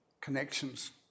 connections